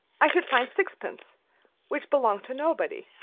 i should find sixpence which belonged to nobody.